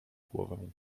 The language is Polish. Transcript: głowę